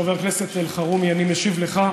חבר הכנסת אלחרומי, אני משיב לך.